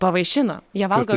pavaišino jie valgo